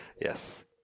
yes